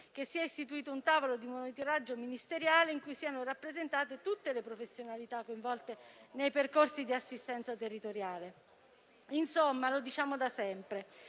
che sia istituito un tavolo di monitoraggio ministeriale in cui siano rappresentate tutte le professionalità coinvolte nei percorsi di assistenza territoriale. Insomma, come diciamo da sempre,